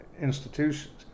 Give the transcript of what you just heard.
institutions